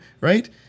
right